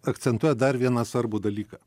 akcentuojat dar vieną svarbų dalyką